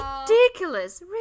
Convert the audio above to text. Ridiculous